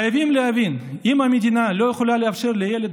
חייבים להבין: אם המדינה לא יכולה לאפשר לילד